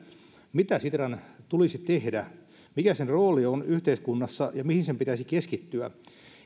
mitä sitran tulisi tehdä mikä sen rooli on yhteiskunnassa ja mihin sen pitäisi keskittyä